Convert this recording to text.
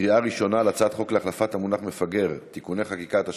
בקריאה ראשונה על הצעת חוק להחלפת המונח מפגר (תיקוני חקיקה),